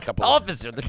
Officer